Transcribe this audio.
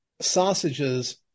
sausages